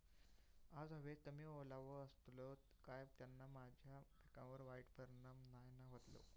आज हवेत कमी ओलावो असतलो काय त्याना माझ्या पिकावर वाईट परिणाम नाय ना व्हतलो?